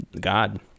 God